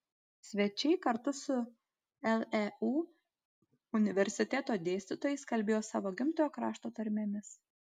svečiai kartu su leu universiteto dėstytojais kalbėjo savo gimtojo krašto tarmėmis